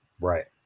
Right